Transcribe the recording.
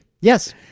Yes